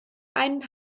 einen